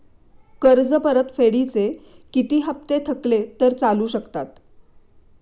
कर्ज परतफेडीचे किती हप्ते थकले तर चालू शकतात?